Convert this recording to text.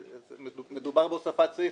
מדובר בהוספת סעיף,